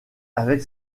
avec